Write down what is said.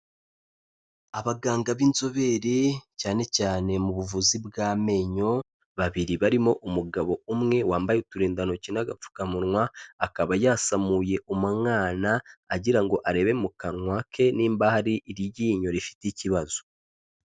Abaganga b'inzobere, cyane cyane mu buvuzi bw'amenyo, babiri barimo umugabo umwe wambaye uturindantoki n'agapfukamunwa, akaba yasamuye umwana, agirango ngo arebe mu kanwa ke nimba hari ryinyo rifite ikibazo.